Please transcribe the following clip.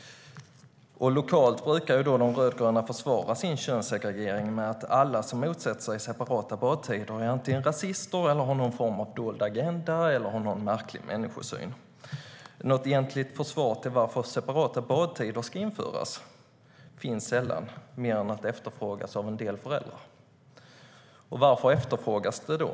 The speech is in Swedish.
Lokalt brukar de rödgröna försvara sin könssegregering med att alla som motsätter sig separata badtider är rasister, har någon form av dold agenda eller har en märklig människosyn. Något egentligt försvar för separata badtider finns sällan, mer än att sådana efterfrågas av en del föräldrar. Varför efterfrågas de då?